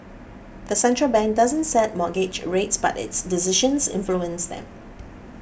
the central bank doesn't set mortgage rates but its decisions influence them